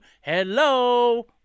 Hello